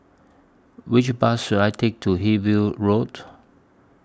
Which Bus should I Take to Hillview Road